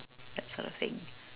that sort of thing